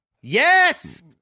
Yes